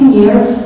years